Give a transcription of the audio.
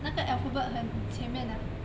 那个 alphabet 很前面 ah